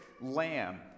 lamb